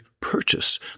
purchase